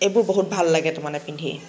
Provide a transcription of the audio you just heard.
এইবোৰ বহুত ভাল লাগে তাৰমানে পিন্ধি